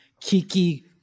Kiki